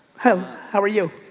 hello. how are you?